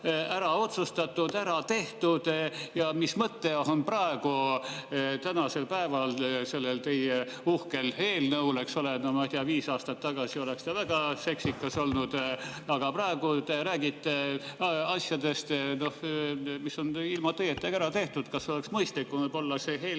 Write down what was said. ära otsustatud, ära tehtud. Mis mõte on praegu, tänasel päeval sellel teie uhkel eelnõul? No ma ei tea, viis aastat tagasi oleks see väga seksikas olnud. Aga praegu te räägite asjadest, mis on ilma teietagi ära tehtud. Kas oleks mõistlikum võib-olla see eelnõu